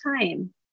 time